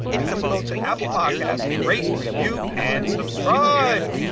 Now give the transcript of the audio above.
please go to apple podcasts and rate, review and subscribe.